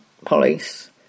police